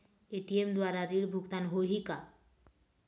ATM द्वारा ऋण भुगतान होही का?